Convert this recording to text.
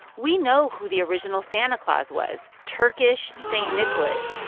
we know who the original santa claus was turkish st. nicholas.